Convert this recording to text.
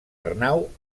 arnau